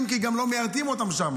כי גם לא מיירטים אותם שם.